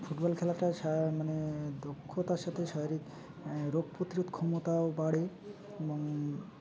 football খেলাটা শা মানে দক্ষতার সাথে শারীরিক রোগ প্রতিরোধ ক্ষমতাও বাড়ে এবং